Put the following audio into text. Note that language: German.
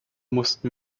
mussten